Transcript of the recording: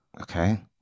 Okay